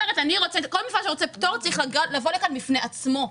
כל מפעל שרוצה פטור צריך לבוא לכאן בפני עצמו.